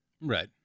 Right